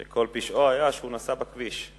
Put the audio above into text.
שכל פשעו היה שהוא נסע בכביש.